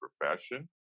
profession